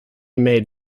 made